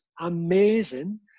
amazing